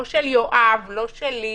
לא של יואב, לא שלי,